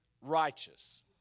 righteous